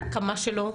הקמה שלו,